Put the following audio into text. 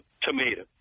tomato